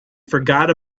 forgot